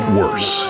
worse